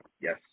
Yes